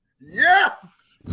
Yes